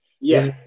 Yes